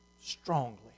strongly